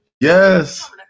Yes